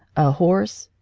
a horse?